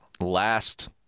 last